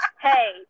hey